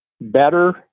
better